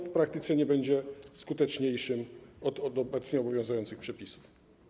W praktyce nie będzie on skuteczniejszy od obowiązujących przepisów.